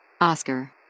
Oscar